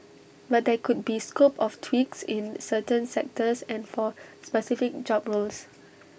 but there could be scope of tweaks in certain sectors and for specific job roles